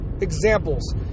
examples